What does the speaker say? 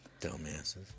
Dumbasses